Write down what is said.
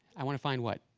i want to find what?